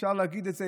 אפשר להגיד את זה,